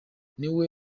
niwe